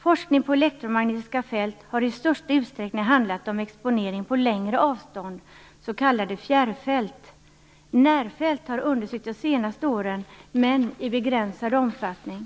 Forskning på elektromagnetiska fält har i stor utsträckning handlat om exponering på längre avstånd, s.k. fjärrfält. Närfält har undersökts de senaste åren, men i begränsad omfattning. I